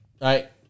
right